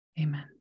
Amen